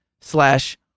slash